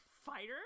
fighter